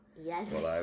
Yes